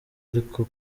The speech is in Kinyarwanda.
ariko